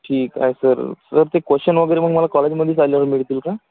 ठीक आहे sir sir ते क्वश्चन वगैरे मग मला कॉलेजमध्येच आल्यावर मिळतील का